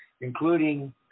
including